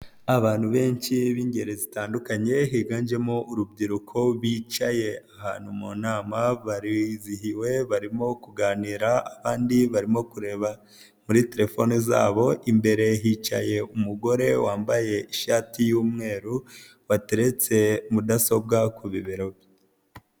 Abantu benshi b'ingeri zitandukanye higanjemo urubyiruko bicaye ahantu mu nama, barizihiwe barimo kuganira abandi barimo kureba muri telefone zabo, imbere hicaye umugore wambaye ishati y'umweru bateretse mudasobwa ku bibero bye.